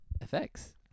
effects